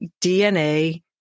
DNA